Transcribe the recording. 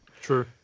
true